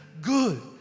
good